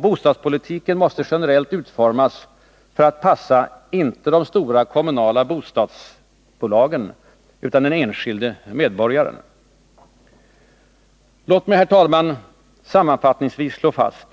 Bostadspolitiken måste generellt utformas för att passa inte de stora kommunala bostadsbolagen, utan den enskilde medborgaren. Låt mig, herr talman, sammanfattningsvis slå fast